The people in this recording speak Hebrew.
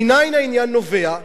מנין העניין נובע?